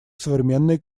современное